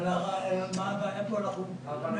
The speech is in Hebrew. אבל מה הבעיה פה --- אדוני,